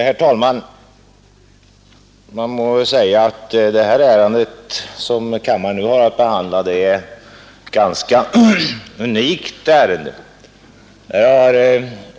Herr talman! Man må säga att det ärende som kammaren nu har att behandla är ganska unikt.